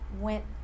went